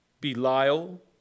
Belial